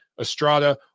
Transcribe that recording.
Estrada